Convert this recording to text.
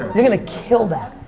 you're gonna kill that.